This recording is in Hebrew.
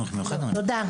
תודה.